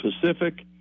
Pacific